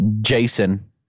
Jason